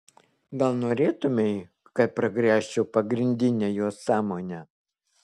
gal norėtumei kad pragręžčiau pagrindinę jo sąmonę